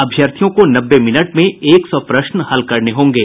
अभ्यर्थियों को नब्बे मिनट में एक सौ प्रश्न हल करने होंगे